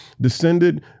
descended